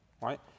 Right